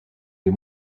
des